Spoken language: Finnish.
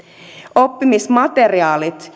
oppimismateriaaleja